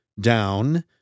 down